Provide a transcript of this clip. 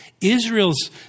Israel's